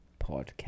podcast